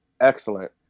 excellent